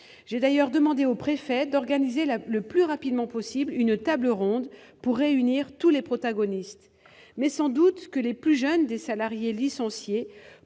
J'ai également demandé au préfet d'organiser le plus rapidement possible une table ronde pour réunir tous les protagonistes. Mais sans doute les plus jeunes des salariés licenciés